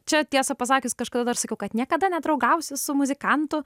čia tiesą pasakius kažkada dar sakiau kad niekada nedraugausiu su muzikantu